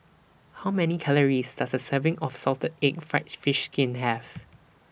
How Many Calories Does A Serving of Salted Egg Fried Fish Skin Have